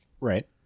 Right